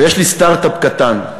ויש לי סטרט-אפ קטן,